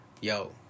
yo